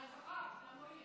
על השפה.